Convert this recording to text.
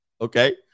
Okay